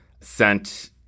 sent